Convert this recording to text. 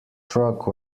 truck